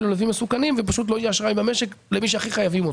ללווים מסוכנים ופשוט לא יהיה אשראי במשק למי שהכי חייבים אותו.